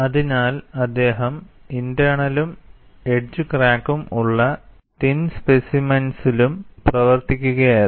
അതിനാൽഅദ്ദേഹം ഇന്റെർനലും എഡ്ജ് ക്രാക്കും ഉള്ള തിൻ സ്പെസിമെൻസിലും പ്രവർത്തിക്കുകയായിരുന്നു